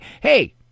hey